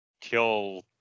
kill